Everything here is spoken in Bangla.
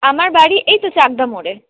আমার বাড়ি এই তো চাকদা মোরে